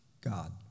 God